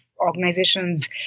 organizations